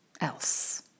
else